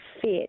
fit